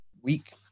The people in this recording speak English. week